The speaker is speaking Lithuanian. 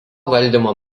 valdymo